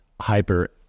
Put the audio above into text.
hyper